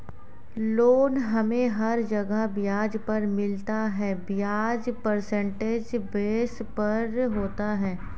loan हमे हर जगह ब्याज पर मिलता है ब्याज परसेंटेज बेस पर होता है